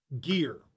gear